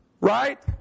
Right